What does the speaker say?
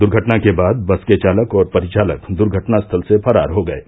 दुर्घटना के बाद बस के चालक और परिचालक दुर्घटना स्थल से फरार हो गये